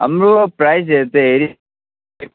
हाम्रो प्राइसहरू त हेरि